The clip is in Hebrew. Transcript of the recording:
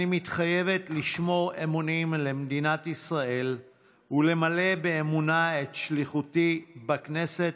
אני מתחייבת לשמור אמונים למדינת ישראל ולמלא באמונה את שליחותי בכנסת.